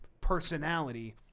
personality